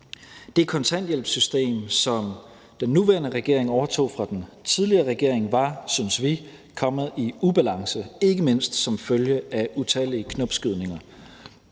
Det kontanthjælpssystem, som den nuværende regering overtog fra den tidligere regering, var, syntes vi, kommet i ubalance, ikke mindst som følge af utallige knopskydninger.